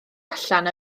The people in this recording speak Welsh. allan